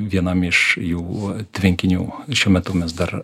vienam iš jų tvenkinių šiuo metu mes dar